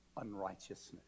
unrighteousness